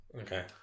okay